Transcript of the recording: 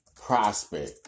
prospect